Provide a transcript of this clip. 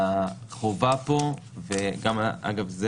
החובה כאן ואגב,